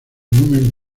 numen